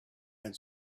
had